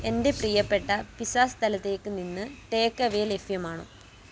എന്റെ പ്രിയപ്പെട്ട പിസ്സ സ്ഥലത്തേക്ക് നിന്ന് ടേക്കവേ ലഭ്യമാണോ